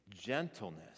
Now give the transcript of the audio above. gentleness